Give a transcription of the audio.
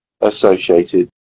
associated